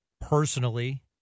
personally